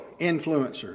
influencers